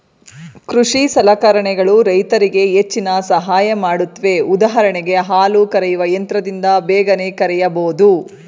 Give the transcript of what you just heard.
ಕೃಷಿ ಸಲಕರಣೆಗಳು ರೈತರಿಗೆ ಹೆಚ್ಚಿನ ಸಹಾಯ ಮಾಡುತ್ವೆ ಉದಾಹರಣೆಗೆ ಹಾಲು ಕರೆಯುವ ಯಂತ್ರದಿಂದ ಬೇಗನೆ ಕರೆಯಬೋದು